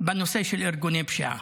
בנושא של ארגוני פשיעה,